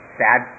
sad